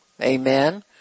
Amen